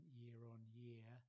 year-on-year